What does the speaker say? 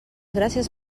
gràcies